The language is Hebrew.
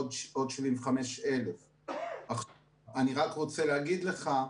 עוד 75,000. אני רק רוצה להגיד לך,